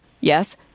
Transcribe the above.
Yes